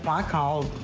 i called